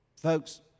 Folks